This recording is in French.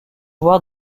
voir